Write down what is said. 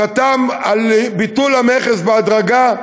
חתם על ביטול המכס על דגים בהדרגה,